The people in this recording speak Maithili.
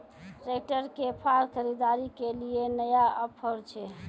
ट्रैक्टर के फार खरीदारी के लिए नया ऑफर छ?